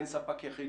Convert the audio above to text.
כן ספק יחיד,